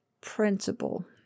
principle